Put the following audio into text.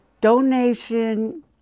donation